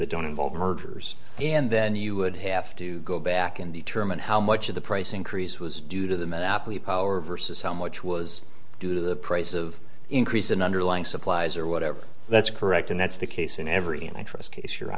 that don't involve mergers and then you would have to go back and determine how much of the price increase was due to the monopoly power versus how much was due to the price of increase in underlying supplies or whatever that's correct and that's the case in every i trust case you